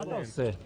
(הקרנת סרטון).